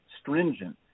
stringent